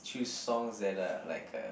choose songs that are like uh